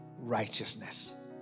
righteousness